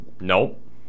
Nope